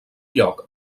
lloc